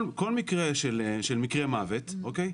כל מקרה של מקרה מוות, אוקיי?